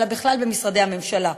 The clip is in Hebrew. אלא בכלל במשרדי הממשלה.